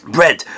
Bread